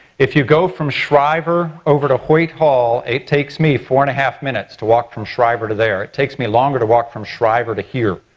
if you go from shriver over to hoyt hall, it takes me four and a half minutes to walk from shriver to there. it takes me longer to walk from shriver to here.